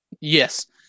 yes